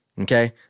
Okay